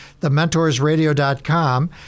thementorsradio.com